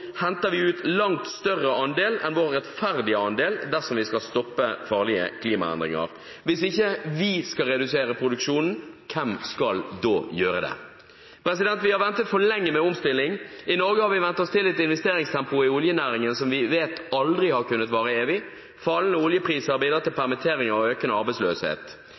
henter vi ut en langt større andel enn vår rettferdige andel dersom vi skal stoppe farlige klimaendringer. Hvis ikke vi skal redusere produksjonen, hvem skal da gjøre det? Vi har ventet for lenge med omstilling. I Norge har vi vent oss til et investeringstempo i oljenæringen som vi vet aldri har kunnet vare evig. Fallende oljepriser har bidratt til permitteringer og økende arbeidsløshet.